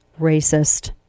racist